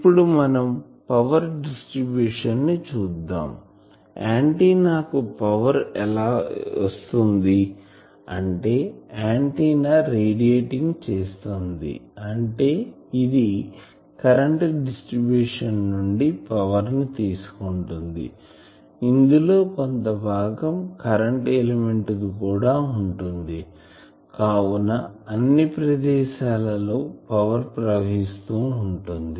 ఇప్పుడు మనం power distribution ని చూద్దాం ఆంటిన్నాకు పవర్ ఎలా వస్తుంది అంటే ఆంటిన్నా రేడియేటింగ్ చేస్తుంది అంటే ఇది కరెంటు డిస్ట్రిబ్యూషన్ నుండి పవర్ ని తీసుకుంటుంది ఇందులో కొంత భాగం కరెంటు ఎలిమెంట్ ది కూడా ఉంటుంది కావున అన్ని ప్రదేశాలలో పవర్ ప్రవహిస్తూ ఉంటుంది